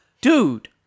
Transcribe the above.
dude